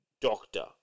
Doctor